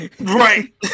Right